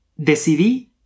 Decidí